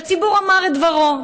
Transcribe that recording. והציבור אמר את דברו.